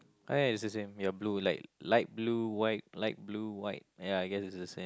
ah yes it's the same ya blue light light blue white light blue white ya I guess it's the same